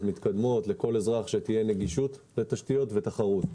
מתקדמות כדי שלכל אזרח תהיה נגישות לתשתיות ותחרות.